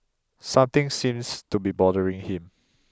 something seems to be bothering him